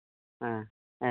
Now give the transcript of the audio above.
ᱦᱮᱸ